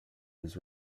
was